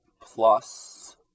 plus